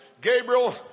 Gabriel